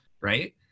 right